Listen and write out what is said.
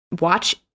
watch